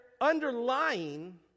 underlying